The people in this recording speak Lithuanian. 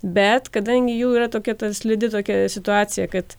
bet kadangi jų yra tokia slidi tokia situacija kad